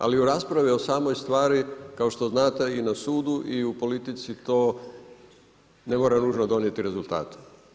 Ali u raspravi o samoj stvari kao što znate, i na sudu i u politici to ne mora nužno donijeti rezultate.